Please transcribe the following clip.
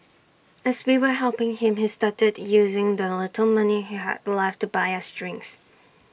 as we were helping him he started using the little money he had left to buy us drinks